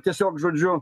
tiesiog žodžiu